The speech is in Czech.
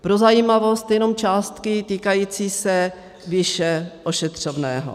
Pro zajímavost jenom částky týkající se výše ošetřovného.